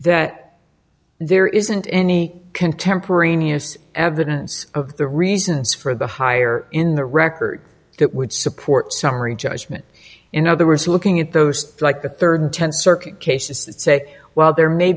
that there isn't any contemporaneous evidence of the reasons for the higher in the record that would support summary judgment in other words looking at those like the third tenth circuit cases that say while there may